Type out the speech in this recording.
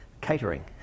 Catering